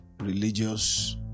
religious